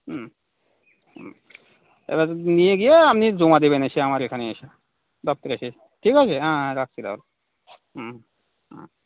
হুম হুম এবার নিয়ে গিয়ে আপনি জমা দেবেন এসে আমার এখানে এসে দফতরে এসে ঠিক আছে হ্যাঁ হ্যাঁ রাখছি তাহলে হুম হুম